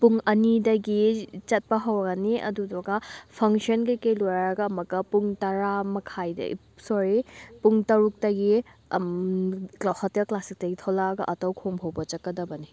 ꯄꯨꯡ ꯑꯅꯤꯗꯒꯤ ꯆꯠꯄ ꯍꯧꯔꯅꯤ ꯑꯗꯨꯗꯨꯒ ꯐꯪꯁꯟ ꯀꯩꯀꯩ ꯂꯣꯏꯔꯒ ꯑꯃꯨꯛꯀ ꯄꯨꯡ ꯇꯔꯥꯃꯈꯥꯏꯗ ꯁꯣꯔꯤ ꯄꯨꯡ ꯇꯔꯨꯛꯇꯒꯤ ꯍꯣꯇꯦꯜ ꯀ꯭ꯂꯥꯁꯤꯛꯇꯒꯤ ꯊꯣꯂꯛꯑꯒ ꯑꯇꯧꯈꯣꯡ ꯐꯥꯎꯕ ꯆꯠꯀꯗꯕꯅꯤ